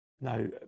No